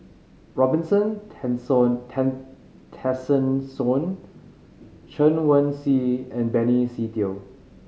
Robin Tessensohn Chen Wen Hsi and Benny Se Teo